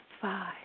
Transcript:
five